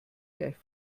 gleich